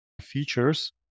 features